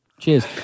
Cheers